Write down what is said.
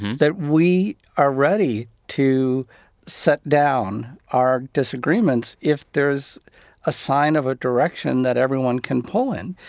that we are ready to set down our disagreements if there is a sign of a direction that everyone can pull in.